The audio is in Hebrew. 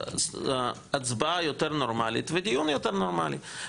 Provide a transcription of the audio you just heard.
הצבעה יותר נורמלית ודיון יותר נרמלי.